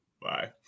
Bye